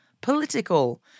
political